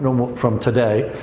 normal, from today.